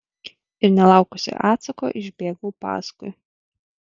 ir nelaukusi atsako išbėgau paskui